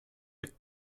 jak